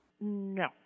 No